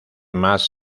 más